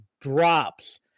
drops